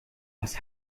was